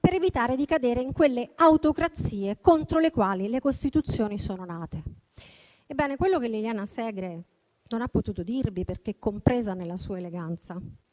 per evitare di cadere in quelle autocrazie contro le quali le costituzioni sono nate. Ebbene, quello che Liliana Segre non ha potuto dirvi, perché compresa nella sua eleganza,